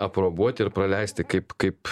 aprobuoti ir praleisti kaip kaip